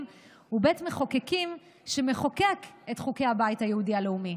ובית מחוקקים שמחוקק את חוקי הבית היהודי הלאומי.